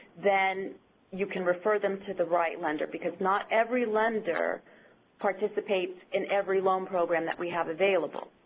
then you can refer them to the right lender because not every lender participates in every loan program that we have available.